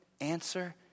answer